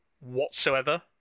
whatsoever